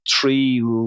three